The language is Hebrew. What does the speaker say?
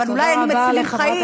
ואולי היינו מצילים חיים,